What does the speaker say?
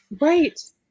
Right